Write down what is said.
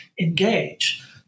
engage